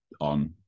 on